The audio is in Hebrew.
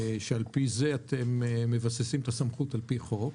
שעל פי זה אתם מבססים את הסמכות על פי חוק.